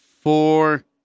four